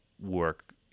work